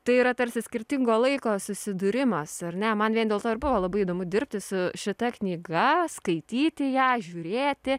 tai yra tarsi skirtingo laiko susidūrimas ar ne man vien dėl to ir buvo labai įdomu dirbti su šita knyga skaityti ją žiūrėti